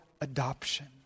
adoption